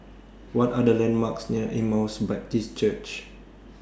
What Are The landmarks near Emmaus Baptist Church